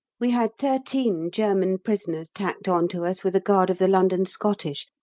we had thirteen german prisoners tacked on to us with a guard of the london scottish,